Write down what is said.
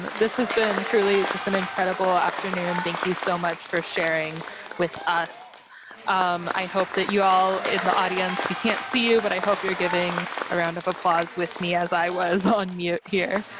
this has been truly just an incredible afternoon, thank you so much for sharing with us um i hope that you all in the audience we can't see you but i hope you're giving a round of applause with me as i was on mute here,